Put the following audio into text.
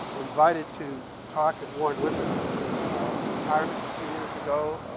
invited to talk at warren wiscombe's retirement a few years ago,